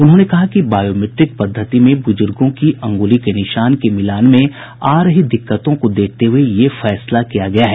उन्होंने कहा कि बायोमीट्रिक पद्वति में बुजुर्गों की अंगुली के निशान के मिलान में आ रही दिक्कतों को देखते हुए यह फैसला किया गया है